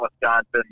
Wisconsin